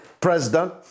president